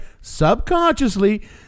subconsciously